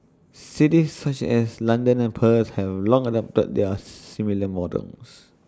cities such as London and Perth have long adopted their similar models